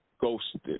ghosted